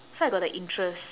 so I got the interest